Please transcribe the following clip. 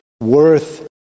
worth